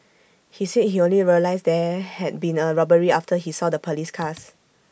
he said he only realised there had been A robbery after he saw the Police cars